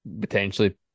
potentially